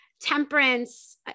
Temperance